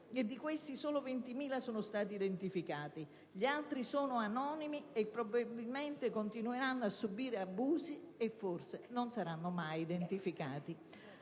di questi solo 20.000 sono stati identificati, gli altri sono anonimi, probabilmente continueranno a subire abusi e forse non saranno mai identificati.